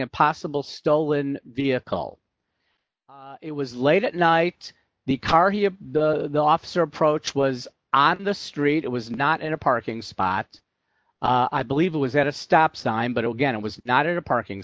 a possible stolen vehicle it was late at night the car he had the officer approach was on the street it was not in a parking spot i believe it was at a stop sign but again it was not a parking